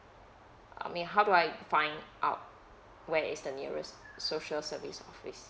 uh I mean how do I find out where is the nearest social service office